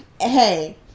hey